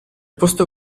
posto